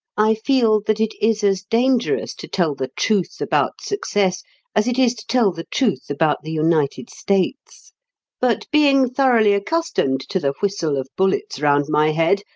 i feel that it is as dangerous to tell the truth about success as it is to tell the truth about the united states but being thoroughly accustomed to the whistle of bullets round my head,